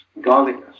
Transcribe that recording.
godliness